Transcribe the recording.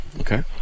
okay